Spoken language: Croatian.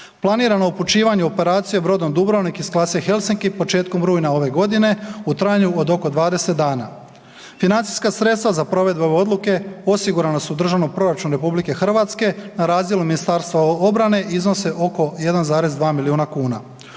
Planirano upućivanje u operaciju brodom Dubrovnik iz klase Helsinki početkom rujna ove godine u trajanju od oko 20 dana. Financijska sredstva za provedbu ove odluke osigurana u državnom proračunu RH na razdjelu Ministarstva obrane iznose oko 1,2 milijuna kuna.